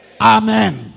Amen